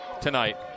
tonight